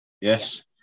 yes